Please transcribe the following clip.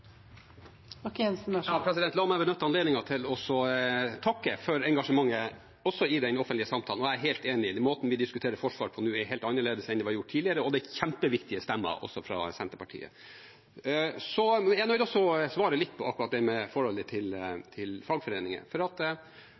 La meg benytte anledningen til å takke for engasjementet, også i den offentlige samtalen. Jeg er helt enig. Måten vi diskuterer forsvar på nå, er helt annerledes enn det ble gjort tidligere, og det er kjempeviktige stemmer også fra Senterpartiet. Jeg vil også svare på akkurat det med forholdet til fagforeninger.